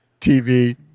TV